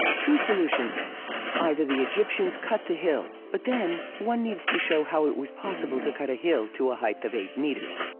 two solutions either the egyptians cut the hill, but then, one needs to show how it was possible to cut a hill to a height of eight meters